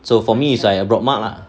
so for me is I I brought mak ah